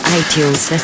iTunes